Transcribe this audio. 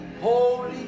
holy